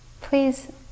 Please